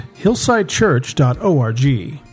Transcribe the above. hillsidechurch.org